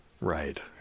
Right